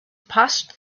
passed